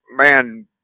man